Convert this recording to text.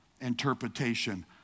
interpretation